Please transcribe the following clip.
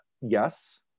yes